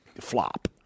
flop